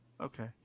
Okay